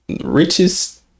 richest